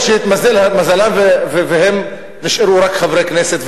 שהתמזל מזלם והם נשארו רק חברי כנסת,